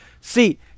see